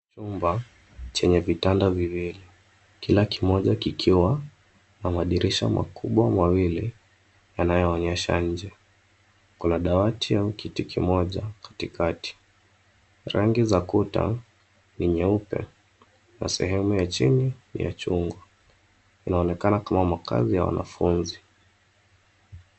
Chumba chenye vitanda viwili. Kila kimoja kikiwa na madirisha makubwa mawili yanayoonyesha nje. Kuna dawati au kiti kimoja katikati. Rangi za kuta ni nyeupe na sehemu ya chini ni ya chungu. Inaonekana kama makazi ya wanafunzi.